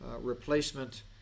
replacement